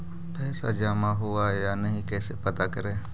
पैसा जमा हुआ या नही कैसे पता करे?